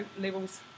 levels